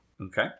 Okay